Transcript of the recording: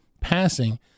passing